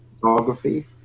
photography